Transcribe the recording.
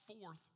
forth